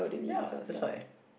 ya that's why